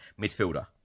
midfielder